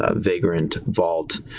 ah vagrant, vault,